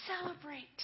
celebrate